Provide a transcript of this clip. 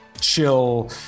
chill